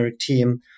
team